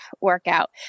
workout